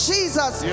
Jesus